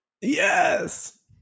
Yes